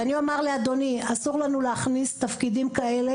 ואני אומר לאדוני, אסור לנו להכניס תפקידים כאלה.